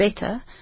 better